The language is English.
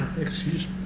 excuse